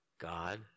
God